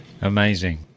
Amazing